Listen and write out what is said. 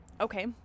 Okay